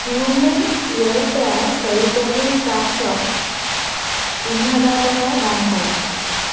human welfare charitable ট্ৰাষ্টক তিনি হাজাৰ টকা দান কৰক